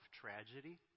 tragedy